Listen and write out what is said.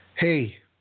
Hey